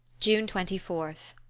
june twenty fourth.